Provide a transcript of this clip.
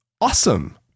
awesome